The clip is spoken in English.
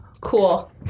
Cool